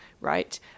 right